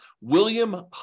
William